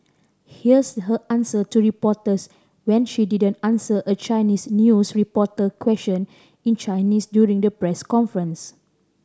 here's her answer to reporters when she didn't answer a Chinese news reporter question in Chinese during the press conference